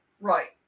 Right